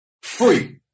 free